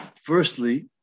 Firstly